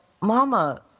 mama